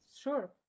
Sure